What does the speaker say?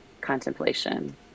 contemplation